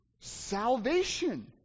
Salvation